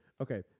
okay